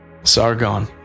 Sargon